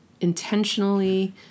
intentionally